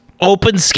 Open